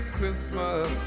Christmas